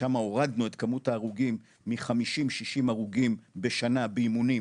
ששמה הורדנו את כמות ההרוגים מ- 50-60 הרוגים בשנה באימונים,